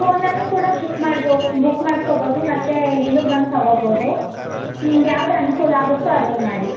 ಫೋನ್ನಲ್ಲು ಕೂಡ ಬುಕ್ ಮಾಡ ಬುಕ್ ಮಾಡ್ಕೊಬೋದು ಮತ್ತೆ ಇಲ್ಲೂ ಬಂದು ತೊಗೋಬೋದು ನಿಮಗೆ ಯಾವ್ದು ಅನುಕೂಲಾಗುತ್ತೊ ಅದನ್ನು ಮಾಡಿ